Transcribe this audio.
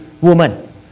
woman